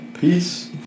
peace